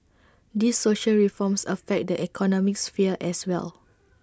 these social reforms affect the economic sphere as well